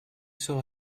saw